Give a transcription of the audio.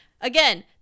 Again